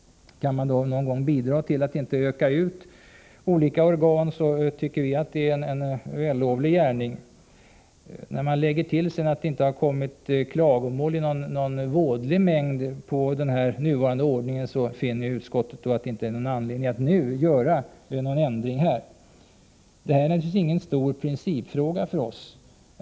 Kan man då någon gång bidra till att inte öka ut olika organ tycker vi att det är en vällovlig gärning. När man till detta lägger att det inte heller har förekommit klagomål i högre grad över den nuvarande ordningen, finner utskottet ingen anledning att nu göra ändringar. Detta är naturligtvis ingen stor principfråga för oss.